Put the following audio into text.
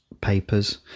papers